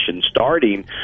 starting